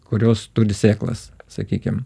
kurios turi sėklas sakykim